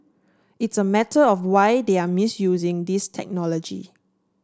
it's a matter of why they are misusing these technology